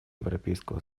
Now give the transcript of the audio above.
европейского